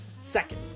Second